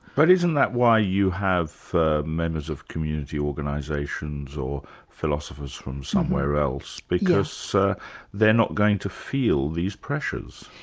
but isn't that why you have members of community of organisations or philosophers from somewhere else, because so they're not going to feel these pressures.